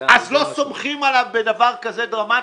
אז לא סומכים עליו בדבר כזה דרמטי,